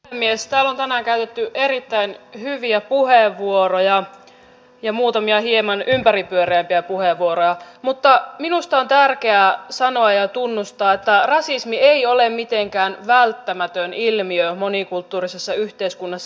täällä on tänään käytetty erittäin hyviä puheenvuoroja ja muutamia hieman ympäripyöreämpiä puheenvuoroja mutta minusta on tärkeää sanoa ja tunnustaa että rasismi ei ole mitenkään välttämätön ilmiö monikulttuurisessa yhteiskunnassa